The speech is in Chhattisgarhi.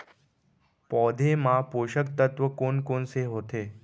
पौधे मा पोसक तत्व कोन कोन से होथे?